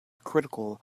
critical